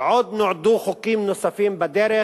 ועוד נועדו חוקים נוספים בדרך,